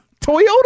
Toyota